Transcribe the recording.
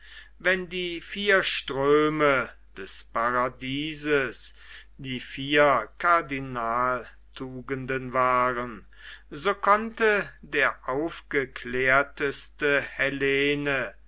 wenn die vier ströme des paradieses die vier kardinaltugenden waren so konnte der aufgeklärteste hellene